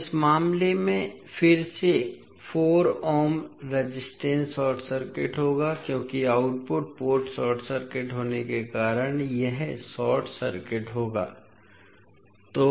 अब इस मामले में फिर से 4 ओम रेजिस्टेंस शॉर्ट सर्किट होगा क्योंकि आउटपुट पोर्ट शॉर्ट सर्किट होने के कारण यह शार्ट सर्किट होगा